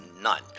none